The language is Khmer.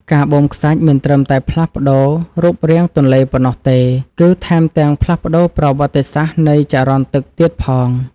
ការបូមខ្សាច់មិនត្រឹមតែផ្លាស់ប្តូររូបរាងទន្លេប៉ុណ្ណោះទេ គឺ ថែមទាំងផ្លាស់ប្តូរប្រវត្តិសាស្ត្រនៃចរន្តទឹកទៀតផង។